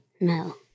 no